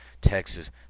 Texas